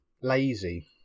lazy